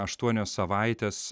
aštuonios savaitės